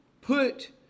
put